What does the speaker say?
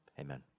Amen